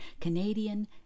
Canadian